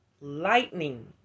lightning